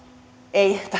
ei